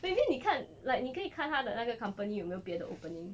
maybe 你看 like 你可以看他的那个 company 有没有别的 opening